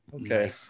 Okay